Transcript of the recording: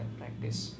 practice